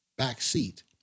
backseat